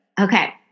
okay